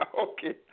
Okay